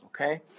okay